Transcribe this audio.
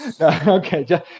Okay